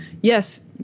Yes